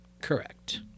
Correct